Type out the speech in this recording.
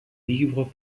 libre